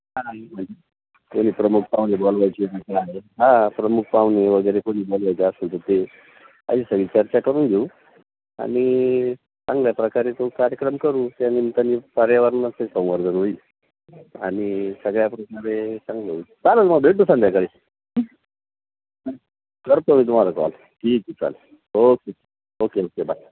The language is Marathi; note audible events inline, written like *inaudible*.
*unintelligible* कोणी प्रमुख पाहुणे बोलवायचे हा प्रमुख पाहुणे वगैरे कुणी बोलवायचे असेल तर ते आधी सगळी चर्चा करून घेऊ आणि चांगल्या प्रकारे तो कार्यक्रम करू त्यानिमित्ताने पर्यावरणाचे संवर्धन होईल आणि सगळ्या चांगले होईल चालंल मग भेटू संध्याकाळी करतो मी तुम्हाला कॉल ठीक आहे चालेल ओके ओके ओके बाय